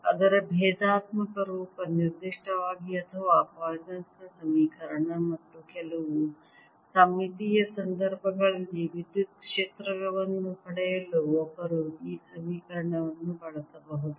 ಅದರ ಭೇದಾತ್ಮಕ ರೂಪ ನಿರ್ದಿಷ್ಟವಾಗಿ ಅಥವಾ ಪಾಯ್ಸನ್ ನ ಸಮೀಕರಣ ಮತ್ತು ಕೆಲವು ಸಮ್ಮಿತೀಯ ಸಂದರ್ಭಗಳಲ್ಲಿ ವಿದ್ಯುತ್ ಕ್ಷೇತ್ರವನ್ನು ಪಡೆಯಲು ಒಬ್ಬರು ಈ ಸಮೀಕರಣವನ್ನು ಬಳಸಬಹುದು